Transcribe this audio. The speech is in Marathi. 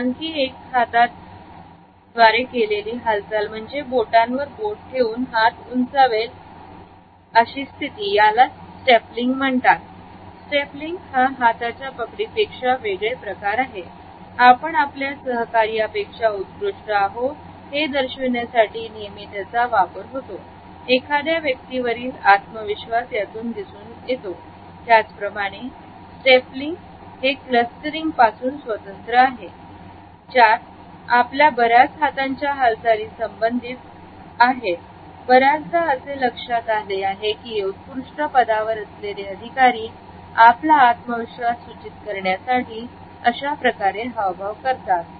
आणखी एक हातात द्वारे केलेली हालचाल म्हणजे बोटांवर बोट ठेवून हात उंचावेल यालाच स्टेपलिंग म्हणतात स्टेपलिंग हा हाताच्या पकडी पेक्षा वेगळे प्रकार आहेत आपण आपल्या सहकार्या पेक्षा उत्कृष्ट आहो हे दर्शविण्यासाठी नेहमी त्याचा वापर होतो एखाद्या व्यक्तीवरील आत्मविश्वास यातून दिसतो त्याचप्रमाणे स्टेपलिंग क्लस्टरिंग पासून स्वतंत्र आहे जात आपल्या बऱ्याच हातांच्या हालचाली संबंधित आहेत बऱ्याचदा असे लक्षात आले आहे की उत्कृष्ट पदावर असलेले अधिकारी आपल्या आत्मविश्वास सूचित करण्यासाठी अशाप्रकारे हावभाव करतात